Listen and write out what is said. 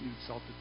insulted